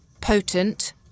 potent